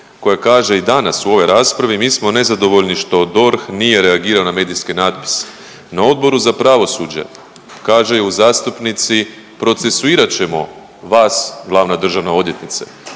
koja kaže i danas u ovoj raspravi, mi smo nezadovoljni što DORH nije reagirao na medijske natpise. Na Odbor za pravosuđe kažeju zastupnici, procesuirat ćemo vas, glavna državna odvjetnice,